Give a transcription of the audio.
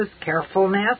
carefulness